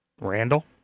Randall